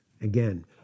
Again